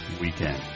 weekend